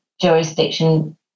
jurisdiction